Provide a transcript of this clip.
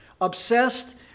obsessed